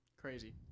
Crazy